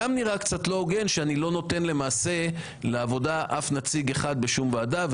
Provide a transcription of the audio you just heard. גם נראה קצת לא הוגן שאני לא נותן למעשה לעבודה אף נציג אחד בשום ועדה.